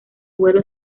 vuelo